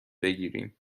بگیریم